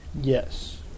Yes